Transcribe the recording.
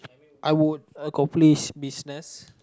I would accomplish business